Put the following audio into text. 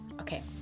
Okay